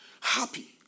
happy